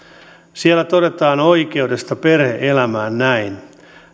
siellä todetaan oikeudesta perhe elämään näin